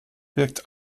birgt